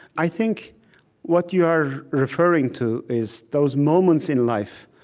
i think what you are referring to is those moments in life,